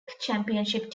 championship